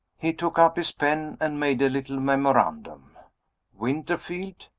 he took up his pen and made a little memorandum winterfield.